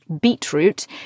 beetroot